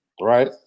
right